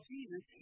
Jesus